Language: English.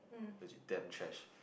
legit damn trash